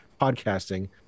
podcasting